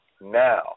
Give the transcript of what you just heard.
now